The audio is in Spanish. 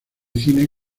cine